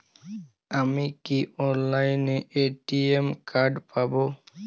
আমি কি অনলাইনে এ.টি.এম কার্ড পাব?